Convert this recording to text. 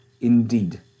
indeed